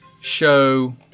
show